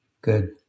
good